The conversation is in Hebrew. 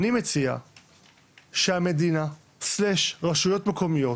אני מציע שהמדינה או הרשויות המקומיות